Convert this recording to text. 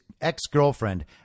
ex-girlfriend